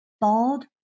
bald